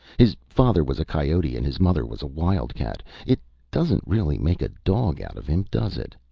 his father was a coyote and his mother was a wild-cat. it doesn't really make a dog out of him, does it?